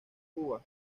uvas